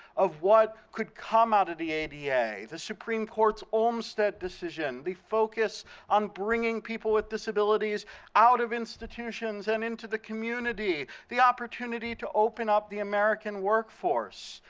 of what could come out of the ada. the supreme court's olmstead decision, the focus on bringing people with disabilities out of institutions and into the community. the opportunity to open up the american workforce.